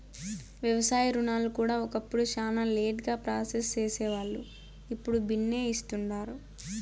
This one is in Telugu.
వ్యవసాయ రుణాలు కూడా ఒకప్పుడు శానా లేటుగా ప్రాసెస్ సేసేవాల్లు, ఇప్పుడు బిన్నే ఇస్తుండారు